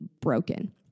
broken